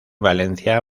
valencia